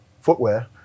footwear